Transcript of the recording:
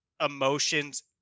emotions